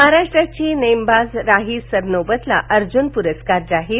महाराष्ट्राची नेमबाज राही सरनोबतला अर्जुन पुरस्कार जाहीर